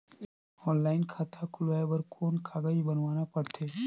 Online खाता खुलवाय बर कौन कागज बनवाना पड़थे?